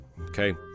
Okay